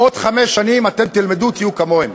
עוד חמש שנים אתם תלמדו, תהיו כמוהם.